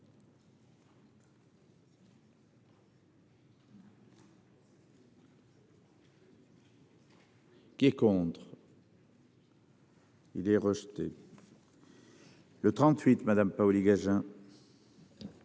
Qui est contre. Il est rejeté. Le 38 Madame Paoli-Gagin.